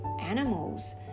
animals